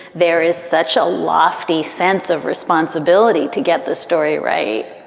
there is such a lofty sense of responsibility to get the story right